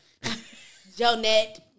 Jonette